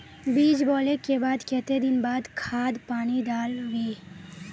बीज बोले के बाद केते दिन बाद खाद पानी दाल वे?